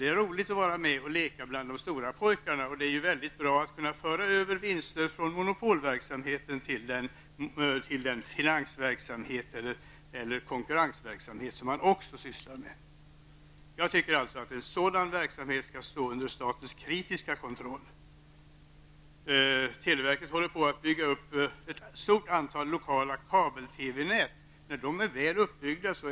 Det är roligt att vara med och leka bland de stora pojkarna och väldigt bra att kunna föra över vinster från monopolverksamheten till den finans eller konkurrensverksamhet som man också sysslar med. Jag anser alltså att en sådan verksamhet skall stå under statens kritiska kontroll. Televerket håller dessutom på att bygga upp ett stort antal lokala kabel--TV-nät. Där förhåller det sig på samma sätt.